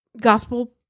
gospel